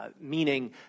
Meaning